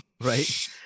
right